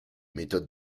méthodes